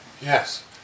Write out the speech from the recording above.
Yes